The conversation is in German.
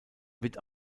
wird